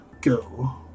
go